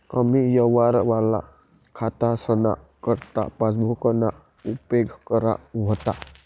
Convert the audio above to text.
कमी यवहारवाला खातासना करता पासबुकना उपेग करा व्हता